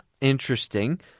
interesting